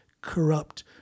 corrupt